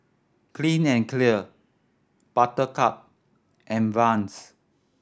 Clean and Clear Buttercup and Vans